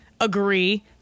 agree